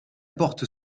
porte